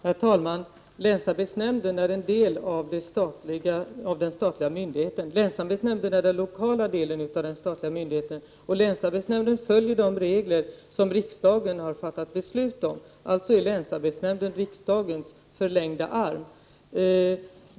Herr talman! Länsarbetsnämnden är en del av den statliga myndigheten. Länsarbetsnämnden är den lokala delen av den statliga myndigheten. Och länsarbetsnämnden följer de regler som riksdagen har fattat beslut om. Länsarbetsnämnden är alltså riksdagens förlängda arm.